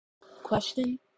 Question